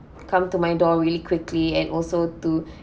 come to my door really quickly and also to